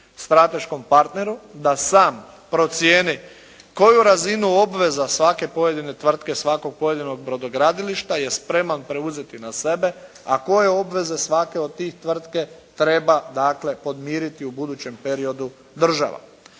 strateškom partneru da sam procijeni koju razinu obveza za svake pojedine tvrtke svakog pojedinog brodogradilišta je spreman preuzeti na sebe, a koje obveze svake od te tvrtke treba dakle podmiriti u budućem periodu država.